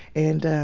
and ah,